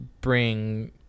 bring